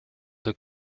der